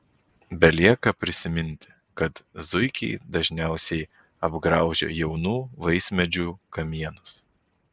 belieka prisiminti kad zuikiai dažniausiai apgraužia jaunų vaismedžių kamienus